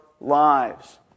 lives